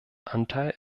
anteil